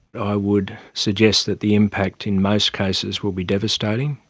i would suggest that the impact in most cases will be devastating,